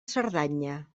cerdanya